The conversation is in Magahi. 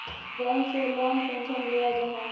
बैंक से लोन कुंसम लिया जाहा?